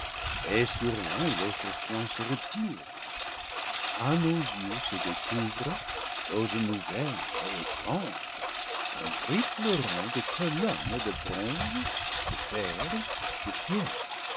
et sur l'un et l'autre flanc se retire à nos yeux se découvre chose nouvelle et étrange un triple rang de colonnes de bronze de fer de pierre